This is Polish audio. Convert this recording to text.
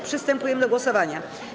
Przystępujemy do głosowania.